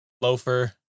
loafer